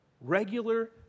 Regular